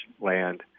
land